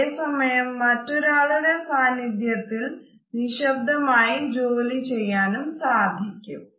അതെ സമയം മറ്റൊരാളുടെ സാനിധ്യത്തിൽ നിശബ്ദമായി ജോലി ചെയ്യാനും സഹായിക്കും